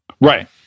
Right